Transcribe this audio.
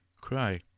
Cry